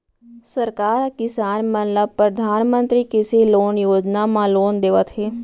सरकार ह किसान मन ल परधानमंतरी कृषि लोन योजना म लोन देवत हे